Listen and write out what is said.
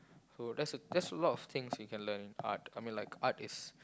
so that's a that's a lot of things you can learn art I mean like art is